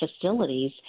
facilities